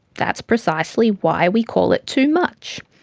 that's precisely why we call it too much.